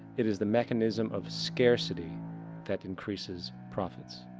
it is the mechanism of scarcity that increases profits.